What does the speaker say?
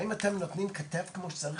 האם אתם נותנים כתף כמו שצריך,